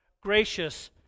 gracious